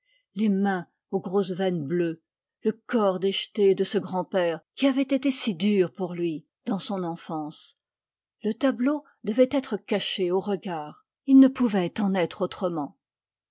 les mains aux grosses veines bleues le corps déjeté de ce grand-père qui avait été si dur pour lui dans son enfance le tableau devait être caché aux regards il ne pouvait en être autrement